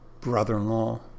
brother-in-law